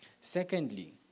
Secondly